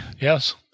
Yes